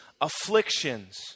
afflictions